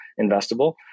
investable